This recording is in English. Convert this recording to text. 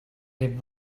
give